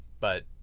but